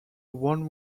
one